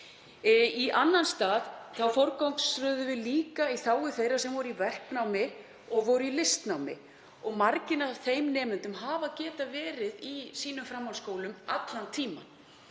Í annan stað þá forgangsröðuðum við líka í þágu þeirra sem voru í verknámi og voru í listnámi og margir af þeim nemendum hafa getað verið í sínum framhaldsskólum allan tímann.